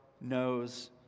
knows